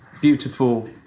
beautiful